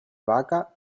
vaca